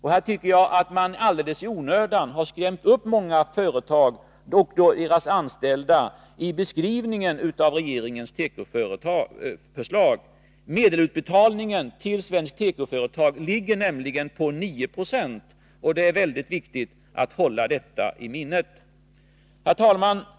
Här tycker jag att man i en hel del fall alldeles i onödan skrämt upp många företag och deras anställda vid beskrivningen av regeringens tekoförslag. Medelutbetalningen ligger nämligen på 9 96. Det är viktigt att hålla detta i minnet. Herr talman!